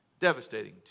devastating